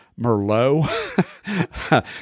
Merlot